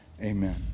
Amen